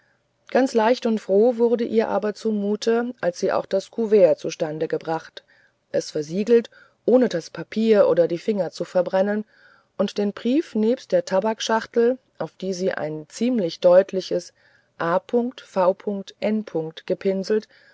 ganz leicht und froh wurde ihr aber zumute als sie auch das kuvert zustande gebracht es gesiegelt ohne das papier oder die finger zu verbrennen und den brief nebst der tabaksschachtel auf die sie ein ziemlich deutliches a v n gepinselt